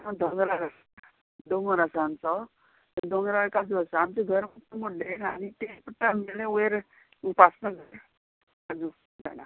दोंगरार दोंगोर आसा आमचो त्या दोंगरार काजू आसा आमचें घर खूब व्होडलें आसा आनी ते पडटा मेरेन वयर उपासनगर जाय काजू पडटा हय